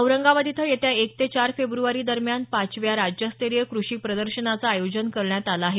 औरंगाबाद इथं येत्या एक ते चार फेब्रवारी दरम्यान पाचव्या राज्यस्तरीय कृषी प्रदर्शनाचं आयोजन करण्यात आलं आहे